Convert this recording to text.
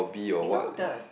you know the